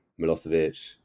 Milosevic